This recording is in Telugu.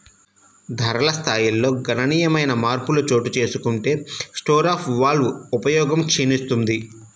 ధరల స్థాయిల్లో గణనీయమైన మార్పులు చోటుచేసుకుంటే స్టోర్ ఆఫ్ వాల్వ్ ఉపయోగం క్షీణిస్తుంది